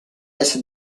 est